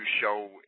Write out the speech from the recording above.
show